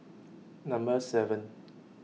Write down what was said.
Number seven